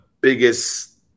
biggest